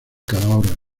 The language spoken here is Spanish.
calahorra